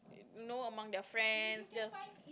know among their friends just